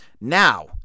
now